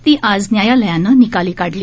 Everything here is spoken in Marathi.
ती आज न्यायालयानं निकाली काढली